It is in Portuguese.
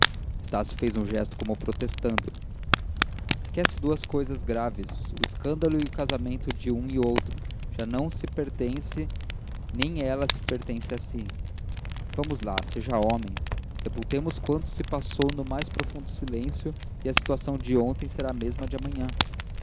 estácio fez um gesto como protestando esquece duas coisas graves o escândalo e o casamento de um e outro já se não pertence nem ela se pertence a si vamos lá seja homem sepultemos quanto se passou no mais profundo silêncio e a situação de ontem será a mesma de amanhã